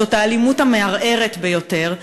זאת האלימות המערערת ביותר,